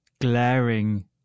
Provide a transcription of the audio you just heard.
glaring